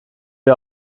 wir